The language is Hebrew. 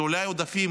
זה אולי עודפים